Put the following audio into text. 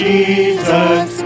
Jesus